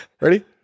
ready